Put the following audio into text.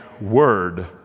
word